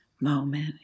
moment